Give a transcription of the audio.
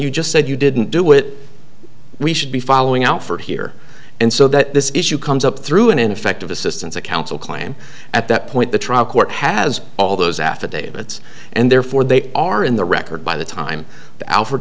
you just said you didn't do it we should be following out for here and so that this issue comes up through an ineffective assistance of counsel claim at that point the trial court has all those affidavits and therefore they are in the record by the time